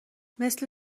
مثل